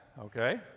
okay